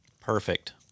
Perfect